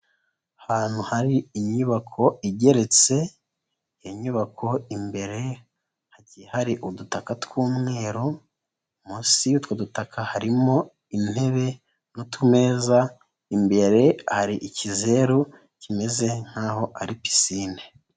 Ahantu hari inyubako igeretse, inyubako imbere hagiye hari udutaka tw'umweru, munsi y'utwo dutaka harimo intebe n'utumeza, imbere hari ikizeru kimeze nk'aho ari pisine.